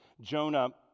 Jonah